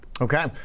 Okay